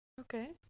Okay